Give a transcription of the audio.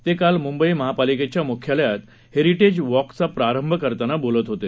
ते काल मुंबई महापालिकेच्या मुख्यालयात हेरिटेज वॉकचा प्रारंभ करताना बोलत होते